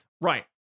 right